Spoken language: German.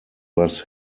was